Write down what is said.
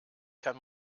kann